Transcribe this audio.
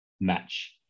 match